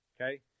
Okay